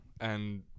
and-